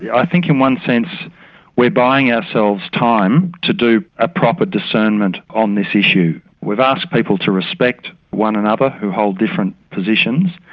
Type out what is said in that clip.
i think in one sense we're buying ourselves time to do a proper discernment on this issue. we've asked people to respect one another who hold different positions,